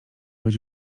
być